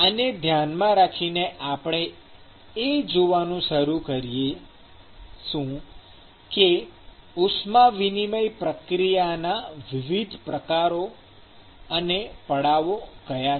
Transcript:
આને ધ્યાનમાં રાખીને આપણે એ જોવાનું શરૂ કરીશું કે ઉષ્મા વિનિમય પ્રક્રિયાના વિવિધ પ્રકારો અને પડાવો કયા છે